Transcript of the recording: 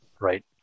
right